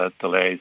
delays